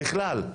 בכלל,